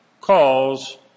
calls